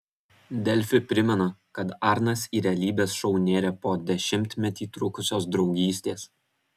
delfi primena kad arnas į realybės šou nėrė po dešimtmetį trukusios draugystės